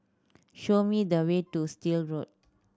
show me the way to Still Road